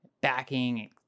backing